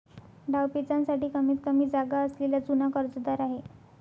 डावपेचांसाठी कमीतकमी जागा असलेला जुना कर्जदार आहे